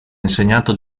insegnato